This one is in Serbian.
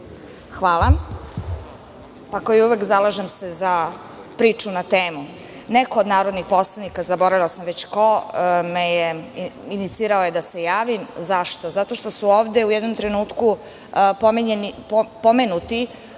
Kovač** Kao i uvek zalažem se za priču na temu. Neko od narodnih poslanika, zaboravila sam već ko, inicirao je da se javim. Zašto? Zato što su ovde u jednom trenutku pomenuti